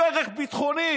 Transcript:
כל ערך ביטחוני.